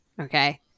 Okay